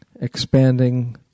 expanding